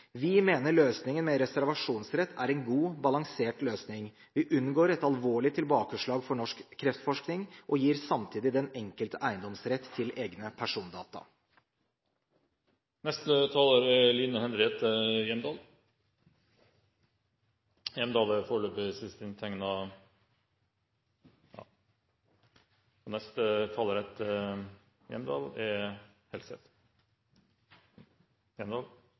Vi mener løsningen med reservasjonsrett er en god, balansert løsning. Vi unngår et alvorlig tilbakeslag for norsk kreftforskning og gir samtidig den enkelte eiendomsrett til egne persondata. Personvern er